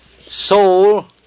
soul